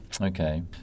Okay